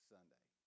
Sunday